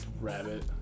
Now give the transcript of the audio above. Rabbit